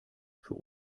für